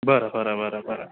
बरं बरं बरं बरं